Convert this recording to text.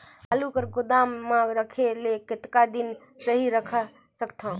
आलू ल गोदाम म रखे ले कतका दिन सही रख सकथन?